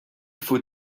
faut